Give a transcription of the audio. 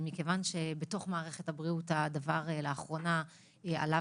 מכיוון שבתוך מערכת הבריאות הדבר לאחרונה עלה